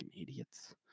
idiots